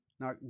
Now